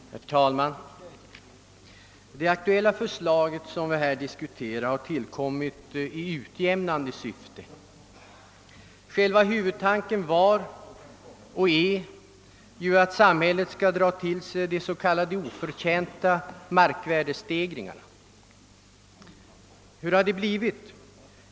Herr talman! Det skatteförslag vi här diskuterar har tillkommit i utjämnande syfte. Huvudtanken bakom förslaget har varit och är att samhället skall dra till sig s.k. oförtjänta markvärdestegringar, men hur har det blivit?